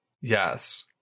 Yes